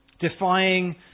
defying